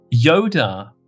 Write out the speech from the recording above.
Yoda